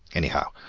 anyhow,